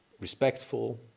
respectful